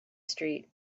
street